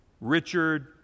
Richard